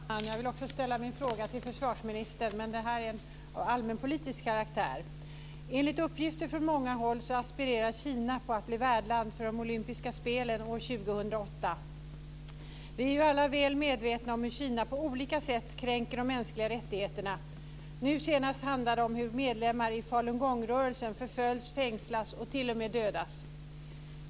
Fru talman! Jag vill också ställa min fråga till försvarsministern, men den är av allmänpolitisk karaktär. Enligt uppgifter från många håll aspirerar Kina på att bli värdland för de olympiska spelen år 2008. Vi är alla väl medvetna om hur Kina på olika sätt kränker de mänskliga rättigheterna. Nu senast handlade det om hur medlemmar i falungongrörelsen förföljs, fängslas och t.o.m. dödas.